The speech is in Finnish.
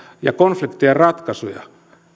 ja konfliktien ratkaisuja